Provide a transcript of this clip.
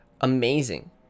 amazing